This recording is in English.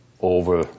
over